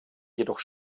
jedoch